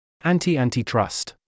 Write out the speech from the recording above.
Anti-Antitrust